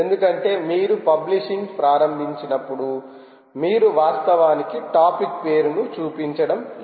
ఎందుకంటే మీరు పబ్లిషింగ్ ప్రారంభించినప్పుడు మీరు వాస్తవానికి టాపిక్ పేరును చూపించడం లేదు